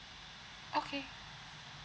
okay